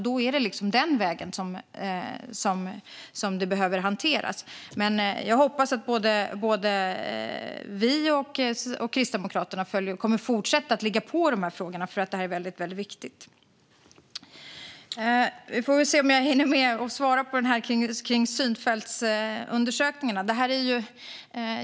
Då är det på den vägen som det behöver hanteras. Jag hoppas att både vi och Kristdemokraterna kommer att fortsätta att ligga på i de här frågorna, för det här är väldigt viktigt. Vi får väl se om jag hinner svara på frågan om synfältsundersökningarna.